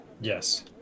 Yes